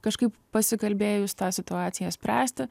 kažkaip pasikalbėjus tą situaciją spręsti